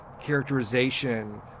characterization